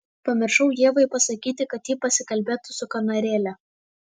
pamiršau ievai pasakyti kad ji pasikalbėtų su kanarėle